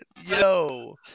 Yo